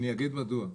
אני אגיד מדוע.